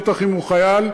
בטח אם הוא חייל,